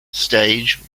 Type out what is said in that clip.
stage